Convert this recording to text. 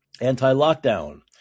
Anti-lockdown